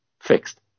fixed